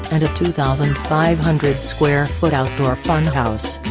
and a two thousand five hundred square foot outdoor funhouse.